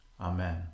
Amen